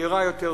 מהירה יותר,